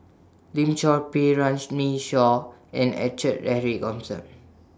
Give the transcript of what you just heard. Lim Chor Pee Shaw and Eric